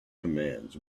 commands